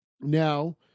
Now